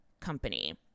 company